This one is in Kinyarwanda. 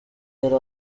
yari